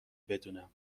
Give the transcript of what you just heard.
بدونم